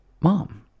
mom